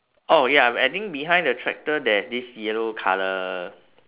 oh ya I think behind the tractor there's this yellow colour